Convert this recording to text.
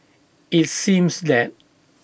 IT seemed that